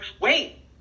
wait